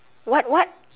what what